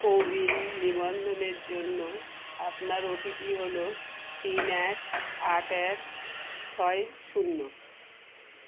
CoWIN নিবন্ধনের জন্য আপনার ওটিপি হলো তিন এক আট এক ছয় শূন্য